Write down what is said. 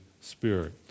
Spirit